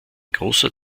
großer